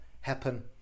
happen